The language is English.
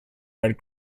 red